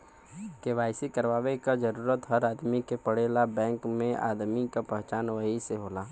KYC करवाये क जरूरत हर आदमी के पड़ेला बैंक में आदमी क पहचान वही से होला